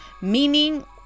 meaning